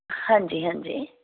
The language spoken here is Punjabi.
ਹਾਂਜੀ ਹਾਂਜੀ